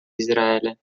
israele